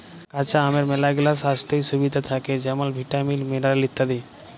কাঁচা আমের ম্যালাগিলা স্বাইস্থ্য সুবিধা থ্যাকে যেমল ভিটামিল, মিলারেল ইত্যাদি